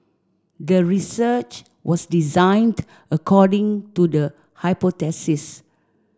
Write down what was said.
the research was designed according to the hypothesis